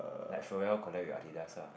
like Ferrell collect your Adidas ah